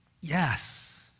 yes